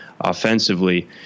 offensively